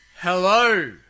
Hello